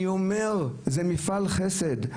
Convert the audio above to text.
אני אומר, זה מפעל חסד.